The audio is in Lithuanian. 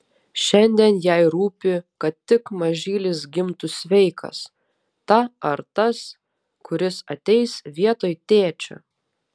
šiandien jai rūpi kad tik mažylis gimtų sveikas ta ar tas kuris ateis vietoj tėčio